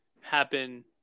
happen